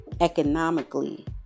economically